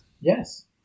yes